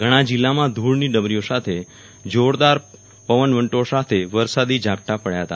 ઘણા જિલ્લામાં ધુળની ડમરીઓ સાથે જોરદાર પવન વંટોળ સાથે વરસાદી ઝાપટા પડચા હતા